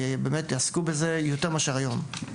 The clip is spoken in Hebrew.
ובאמת יעסקו בזה, יותר מאשר היום.